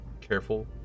careful